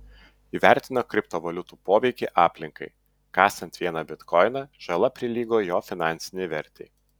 įvertino kriptovaliutų poveikį aplinkai kasant vieną bitkoiną žala prilygo jo finansinei vertei